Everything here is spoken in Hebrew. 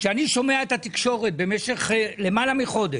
כשאני שומע את התקשורת למעלה מחודש,